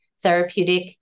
therapeutic